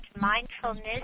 mindfulness